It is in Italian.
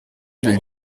del